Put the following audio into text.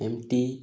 M T